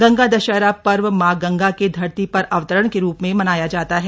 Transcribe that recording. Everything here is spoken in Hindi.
गंगा दशहरा पर्व मां गंगा के धरती पर अवतरण के रूप में मनाया जाता है